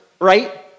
right